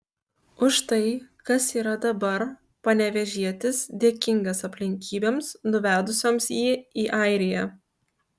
už tai kas yra dabar panevėžietis dėkingas aplinkybėms nuvedusioms jį į airiją